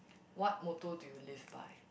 what motto do you live by